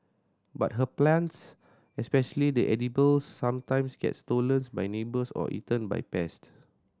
but her plants especially the edibles sometimes get stolen by neighbours or eaten by pest